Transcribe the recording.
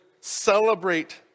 celebrate